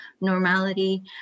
normality